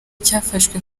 cyafashe